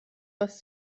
was